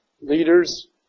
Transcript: leaders